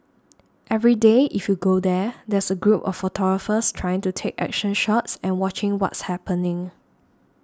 every day if you go there there's a group of photographers trying to take action shots and watching what's happening